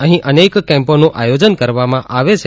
અહીં અનેક કેમ્પોનું આયોજન કરવામાં આવે છે